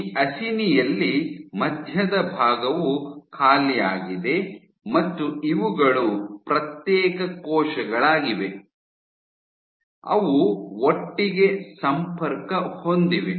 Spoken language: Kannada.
ಈ ಅಸಿನಿ ಯಲ್ಲಿ ಮಧ್ಯದ ಭಾಗವು ಖಾಲಿಯಾಗಿದೆ ಮತ್ತು ಇವುಗಳು ಪ್ರತ್ಯೇಕ ಕೋಶಗಳಾಗಿವೆ ಅವು ಒಟ್ಟಿಗೆ ಸಂಪರ್ಕ ಹೊಂದಿವೆ